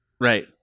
Right